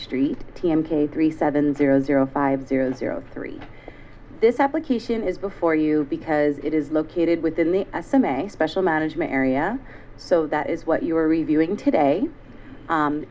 street t m k three seven zero zero five zero zero three this application is before you because it is located within the assume a special management area so that is what you are reviewing today